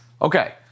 Okay